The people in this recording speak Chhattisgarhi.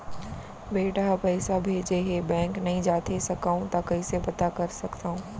बेटा ह पइसा भेजे हे बैंक नई जाथे सकंव त कइसे पता कर सकथव?